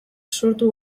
sortu